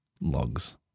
logs